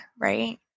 right